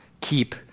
keep